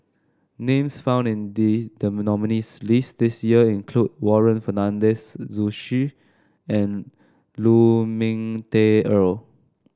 names found in the the nominees' list this year include Warren Fernandez Zhu Xu and Lu Ming Teh Earl